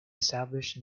established